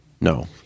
No